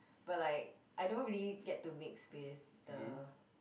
but like I don't really get to mix with the